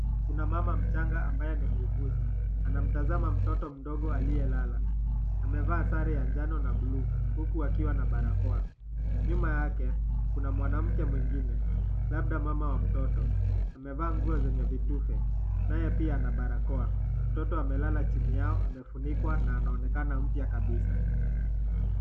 Kuna mama mchanga ambaye ni muuguzi. Anamtazama mtoto mdogo aliyelala. Amevaa sare ya njano ya blue , huku akiwa na barakoa. Nyuma yake, kuna mwanamke mwingine, labda mama wa mtoto. Amevaa nguo zenye vitufe. Naye pia ana barakoa. Mtoto amelala chini yao amefunikwa na anaonekana mpya kabisa.